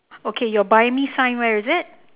okay your bunny sign where is it